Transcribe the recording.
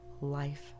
life